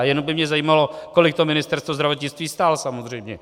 Jenom by mě zajímalo, kolik to Ministerstvo zdravotnictví stál, samozřejmě.